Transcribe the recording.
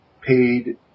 paid